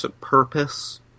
purpose